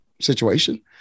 situation